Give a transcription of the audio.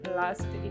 last